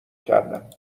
کردم